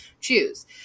choose